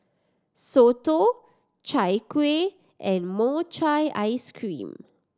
soto Chai Kueh and mochi ice cream